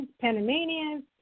Panamanians